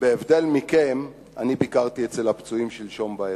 בהבדל מכם, אני ביקרתי אצל הפצועים שלשום בערב.